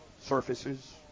surfaces